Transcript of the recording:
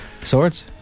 Swords